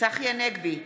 צחי הנגבי,